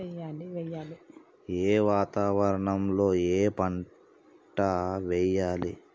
ఏ వాతావరణం లో ఏ పంట వెయ్యాలి?